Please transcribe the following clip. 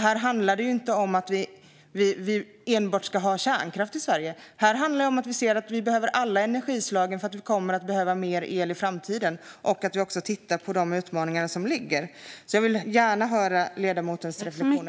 Här handlar det inte om att det enbart ska vara kärnkraft i Sverige. Här handlar det om att se att alla energislag behövs eftersom vi kommer att behöva mer el i framtiden. Vi måste se på dessa utmaningar. Jag vill gärna höra ledamotens reflektioner.